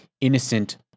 innocent